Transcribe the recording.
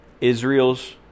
Israel's